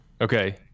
Okay